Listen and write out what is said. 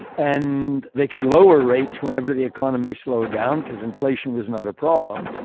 and they could lower rates whenever the economy slowed down because inflation was not a problem.